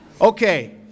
Okay